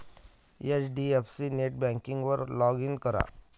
HDFC नेटबँकिंगवर log in करा